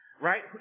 right